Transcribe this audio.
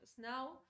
Now